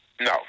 No